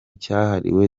cyahariwe